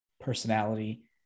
personality